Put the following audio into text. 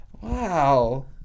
Wow